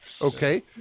Okay